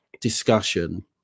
discussion